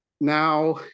now